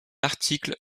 article